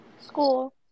School